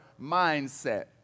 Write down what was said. mindset